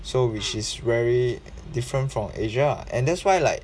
so which is very different from asia ah and that's why like